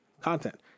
content